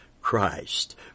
Christ